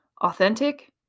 authentic